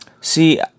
See